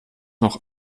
noch